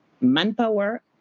manpower